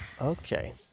Okay